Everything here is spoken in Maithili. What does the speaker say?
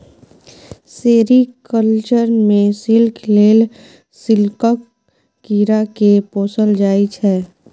सेरीकल्चर मे सिल्क लेल सिल्कक कीरा केँ पोसल जाइ छै